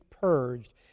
purged